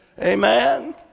Amen